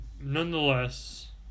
nonetheless